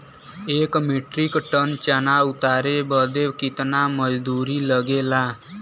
एक metric ton चना उतारे बदे कितना मजदूरी लगे ला?